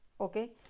okay